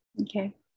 Okay